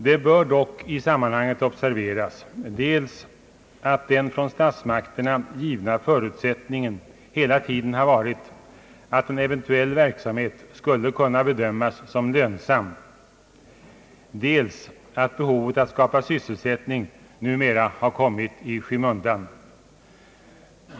Det bör dock i sammanhanget observeras dels att den från statsmakterna givna förutsättningen hela tiden har varit att en eventuell verksamhet skulle kunna bedömas som lönsam, dels att behovet att skapa sysselsättning numera har kommit i skymundan.